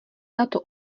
tato